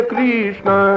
Krishna